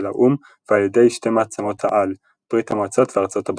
האו"ם ועל ידי שתי מעצמות-העל ברית המועצות וארצות הברית.